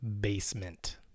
basement